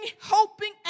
hoping